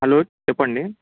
hello చెప్పండి